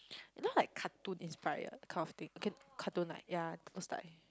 you know like cartoon inspired kind of thing can cartoon like ya those type